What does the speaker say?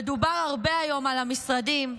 ודובר הרבה היום על המשרדים,